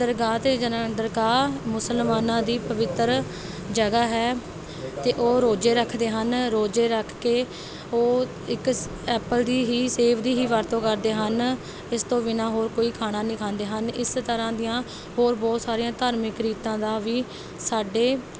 ਦਰਗਾਹ 'ਤੇ ਜਾਣਾ ਦਰਗਾਹ ਮੁਸਲਮਾਨਾਂ ਦੀ ਪਵਿੱਤਰ ਜਗ੍ਹਾ ਹੈ ਅਤੇ ਉਹ ਰੋਜੇ ਰੱਖਦੇ ਹਨ ਰੋਜੇ ਰੱਖ ਕੇ ਉਹ ਇੱਕ ਸ ਐਪਲ ਦੀ ਹੀ ਸੇਬ ਦੀ ਹੀ ਵਰਤੋਂ ਕਰਦੇ ਹਨ ਇਸ ਤੋਂ ਬਿਨਾਂ ਹੋਰ ਕੋਈ ਖਾਣਾ ਨਹੀਂ ਖਾਂਦੇ ਹਨ ਇਸ ਤਰ੍ਹਾਂ ਦੀਆਂ ਹੋਰ ਬਹੁਤ ਸਾਰੀਆਂ ਧਾਰਮਿਕ ਰੀਤਾਂ ਦਾ ਵੀ ਸਾਡੇ